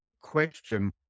question